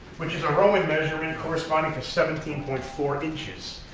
which is a roman measurement corresponding to seventeen point four inches.